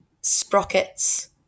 Sprockets